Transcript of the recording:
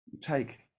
take